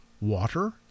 water